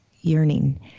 yearning